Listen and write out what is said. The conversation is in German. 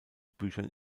büchern